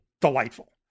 delightful